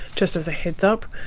just as a heads up,